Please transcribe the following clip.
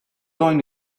going